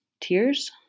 Tears